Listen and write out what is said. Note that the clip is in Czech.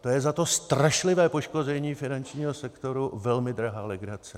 To je za to strašlivé poškození finančního sektoru velmi drahá legrace.